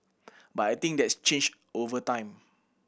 but I think that's changed over time